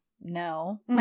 no